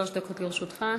שלוש דקות לרשותך.